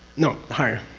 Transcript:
no higher,